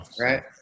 right